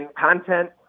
content